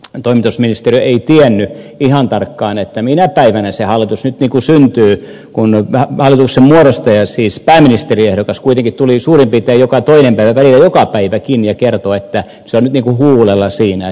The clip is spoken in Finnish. toimitusministeriö ei tiennyt ihan tarkkaan minä päivänä se hallitus nyt syntyy kun hallituksen muodostaja siis pääministeriehdokas kuitenkin tuli suurin piirtein joka toinen päivä välillä joka päivä ja kertoi että se on nyt niin kuin huulella siinä syntyykö vai ei